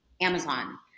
Amazon